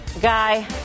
Guy